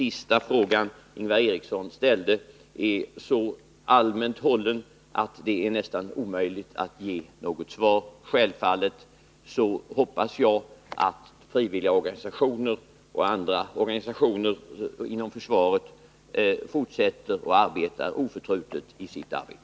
Ingvar Erikssons sista fråga är så allmänt hållen att det nästan är omöjligt att ge något svar på den. Självfallet hoppas jag att frivilliga organisationer och andra organisationer inom försvaret fortsätter att arbeta oförtrutet.